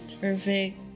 Perfect